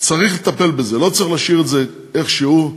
צריך לטפל בזה, לא צריך להשאיר את זה כמו שהוא.